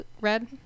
red